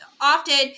often